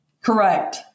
Correct